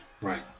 Right